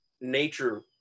nature